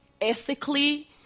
ethically